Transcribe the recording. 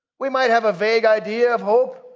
we might have a vague idea of hope.